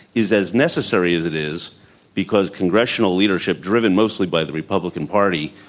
is as necessary as it is because congressional leadership, driven mostly by the r epublican party,